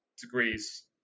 degrees